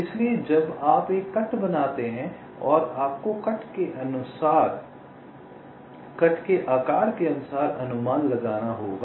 इसलिए जब आप एक कट बनाते हैं तो आपको कट आकार के अनुसार अनुमान लगाना होगा